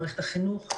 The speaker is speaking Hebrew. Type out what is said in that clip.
מערכת החינוך,